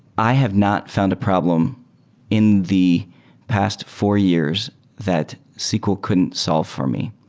i have not found a problem in the past four years that sql couldn't solve for me.